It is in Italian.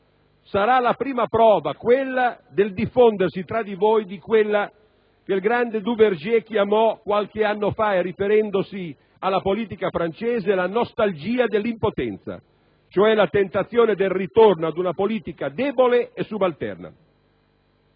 sarà la prima prova del diffondersi tra di voi di quella che il grande Duverger chiamò - qualche anno fa e riferendosi alla politica francese - la nostalgia dell'impotenza, cioè la tentazione del ritorno ad una politica debole e subalterna.